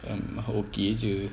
um okay jer